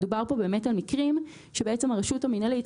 מדובר כאן על מקרים שהרשות המינהלית,